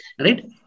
Right